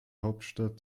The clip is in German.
hauptstadt